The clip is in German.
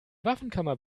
waffenkammer